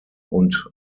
und